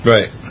Right